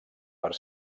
per